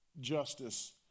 justice